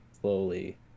slowly